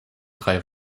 drei